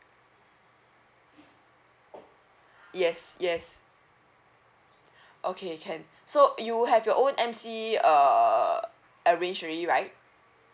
yes yes okay can so you have your own emcee uh arranged already right